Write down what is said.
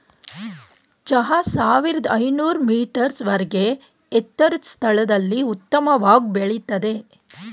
ಚಹಾ ಸಾವಿರ್ದ ಐನೂರ್ ಮೀಟರ್ಸ್ ವರ್ಗೆ ಎತ್ತರದ್ ಸ್ಥಳದಲ್ಲಿ ಉತ್ತಮವಾಗ್ ಬೆಳಿತದೆ